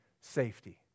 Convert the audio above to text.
safety